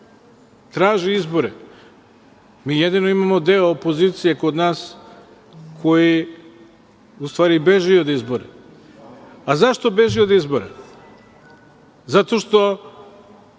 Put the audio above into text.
traži izbore. Mi jedini imamo deo opozicije kod nas koji u stvari beži od izbora. A, zašto beži od izbora? Zato što